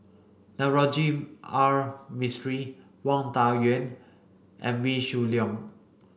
Navroji R Mistri Wang Dayuan and Wee Shoo Leong